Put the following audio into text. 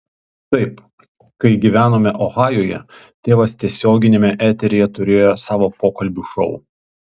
taip kai gyvenome ohajuje tėvas tiesioginiame eteryje turėjo savo pokalbių šou